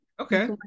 Okay